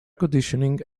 conditioning